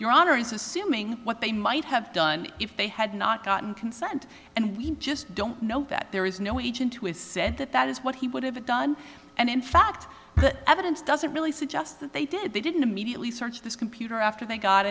your honor is assuming what they might have done if they had not gotten consent and we just don't know that there is no agent who has said that that is what he would have done and in fact the evidence doesn't really suggest that they did they didn't immediately search this computer after they got